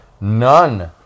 None